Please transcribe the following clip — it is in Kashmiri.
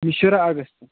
شُراہ اَگَستہٕ